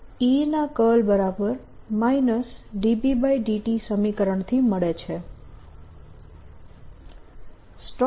તો આ E ના કર્લ E B∂t સમીકરણથી મળે છે